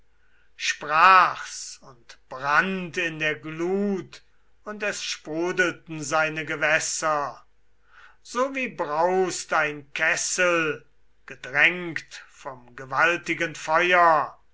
sprach's und brannt in der glut und es sprudelten seine gewässer so wie braust ein kessel gedrängt vom gewaltigen feuer